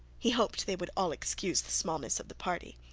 he hoped they would all excuse the smallness of the party,